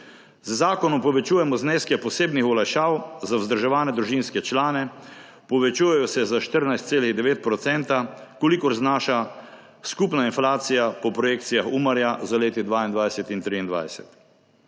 Z zakonom povečujemo zneske posebnih olajšav za vzdrževane družinske člane, povečujejo se za 14,9 %, kolikor znaša skupna inflacija po projekcijah Umarja za leti 2022 in 2023.